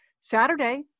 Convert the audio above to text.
Saturday